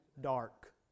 Dark